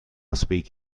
speak